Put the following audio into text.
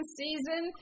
season